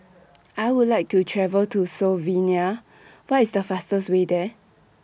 I Would like to travel to Slovenia What IS The fastest Way There